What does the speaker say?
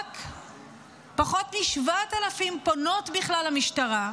רק פחות מ-7,000 פונות בכלל למשטרה,